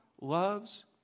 loves